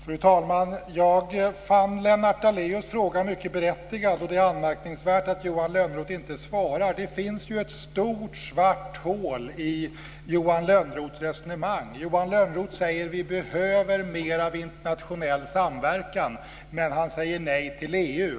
Fru talman! Jag fann Lennart Daléus fråga mycket berättigad, och det är anmärkningsvärt att Johan Lönnroth inte besvarar den. Det finns ju ett stort svart hål i Johan Lönnroths resonemang. Johan Lönnroth säger: Vi behöver mer av internationell samverkan. Men han säger nej till EU.